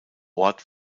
ort